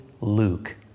Luke